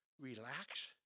relax